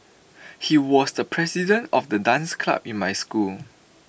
he was the president of the dance club in my school